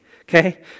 Okay